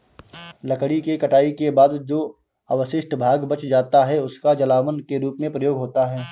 लकड़ी के कटाई के बाद जो अवशिष्ट भाग बच जाता है, उसका जलावन के रूप में प्रयोग होता है